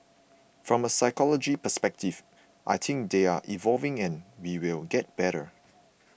from a sociological perspective I think they are evolving and we will get better